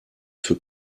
für